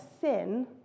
sin